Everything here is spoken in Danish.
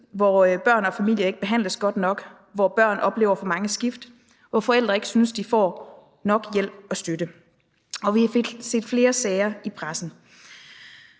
hvor børn og deres familier ikke behandles godt nok; hvor børn oplever for mange skift; hvor forældre ikke synes, at de får nok hjælp og støtte. Og vi fik set flere sager i pressen.